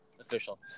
official